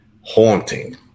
haunting